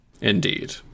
Indeed